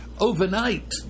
overnight